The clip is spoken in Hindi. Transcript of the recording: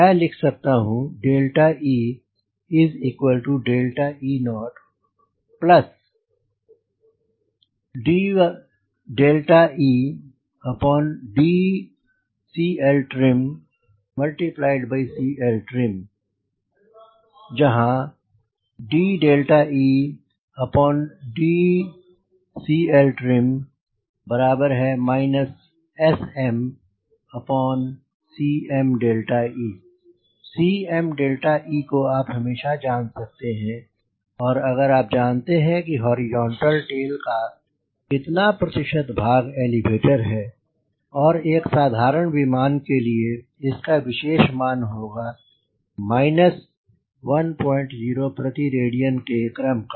मैं लिख सकता हूं ee0dedCLtrimCLtrim जहाँ dedCLtrim SMCme Cme को आप हमेशा जान सकते हैं और अगर आप जानते हैं कि हॉरिजॉन्टल टेल का कितना प्रतिशत भाग एलिवेटर है और एक साधारण विमान के लिए इसका विशेष मान होगा माइनस 10 प्रति रेडियन के क्रम का